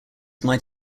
might